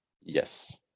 Yes